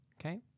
okay